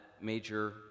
major